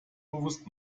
bewusst